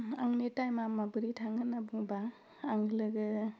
आंनि टाइमआ माबोरै थाङो होन्ना बुङोबा आं लोगो